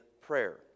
prayer